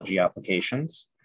applications